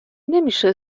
نمیشه